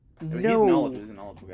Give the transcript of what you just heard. no